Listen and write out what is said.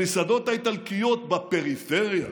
המסעדות האיטלקיות בפריפריה.